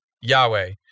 Yahweh